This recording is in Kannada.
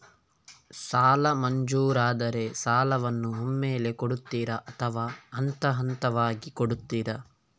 ಸಾಲ ಮಂಜೂರಾದರೆ ಸಾಲವನ್ನು ಒಮ್ಮೆಲೇ ಕೊಡುತ್ತೀರಾ ಅಥವಾ ಹಂತಹಂತವಾಗಿ ಕೊಡುತ್ತೀರಾ?